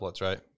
right